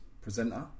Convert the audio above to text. presenter